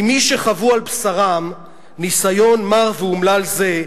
ממי שחוו על בשרם ניסיון מר ואומלל זה,